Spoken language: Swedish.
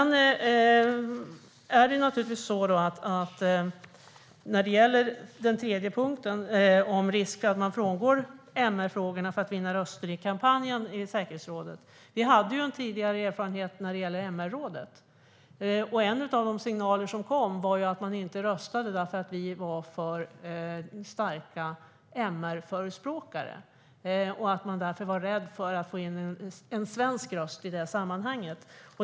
När det gäller den tredje punkten, om risk för att man frångår MR-frågorna för att vinna röster i kampanjen inför omröstningen till säkerhetsrådet, kan jag säga att vi har en tidigare erfarenhet när det gäller MR-rådet. En av de signaler som kom var att de inte röstade för att vi var för starka MR-förespråkare. De var därför rädda att få en in en svensk röst i detta sammanhang.